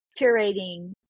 curating